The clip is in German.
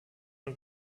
und